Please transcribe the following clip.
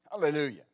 Hallelujah